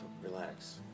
Relax